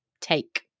take